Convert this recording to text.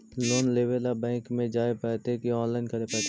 Loan लेवे ल bank में जाय पड़तै कि औनलाइन करे पड़तै?